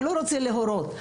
הוא לא רוצה להורות,